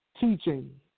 teaching